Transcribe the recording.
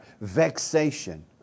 vexation